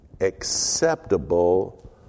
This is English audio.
acceptable